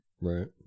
Right